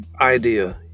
idea